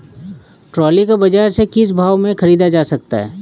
Trolley को बाजार से किस भाव में ख़रीदा जा सकता है?